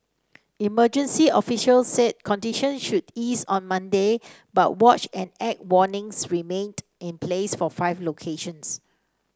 emergency officials said condition should ease on Monday but watch and act warnings remained in place for five locations